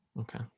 Okay